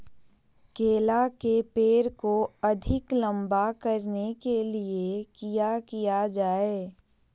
केला के पेड़ को अधिक लंबा करने के लिए किया किया जाए?